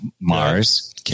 Mars